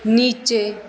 नीचे